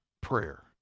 prayer